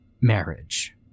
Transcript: marriage